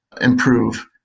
improve